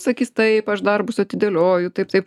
sakys taip aš darbus atidėlioju taip taip